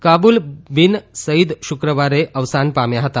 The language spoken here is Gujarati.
કાબૂલ બિન સઇદ શુક્રવારે અવસાન પામ્યા હતા